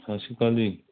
ਸਤਿ ਸ਼੍ਰੀ ਅਕਾਲ ਜੀ